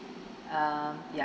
uh ya